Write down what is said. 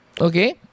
okay